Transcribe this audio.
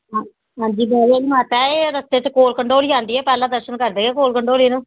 हां जी बाह्वे आह्ली माता ऐ एह् रस्ते च कोल कंडोली आंदी ऐ पैह्ला दर्शन करदे गै कोल कंडोली न